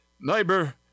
Neighbor